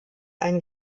ein